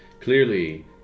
Clearly